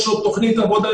יש לו תוכנית עבודה,